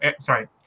sorry